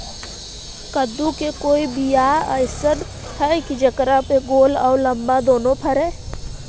कददु के कोइ बियाह अइसन है कि जेकरा में गोल औ लमबा दोनो फरे?